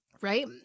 right